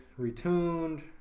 retuned